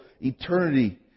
eternity